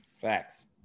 Facts